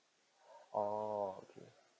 oh